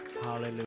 Hallelujah